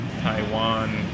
Taiwan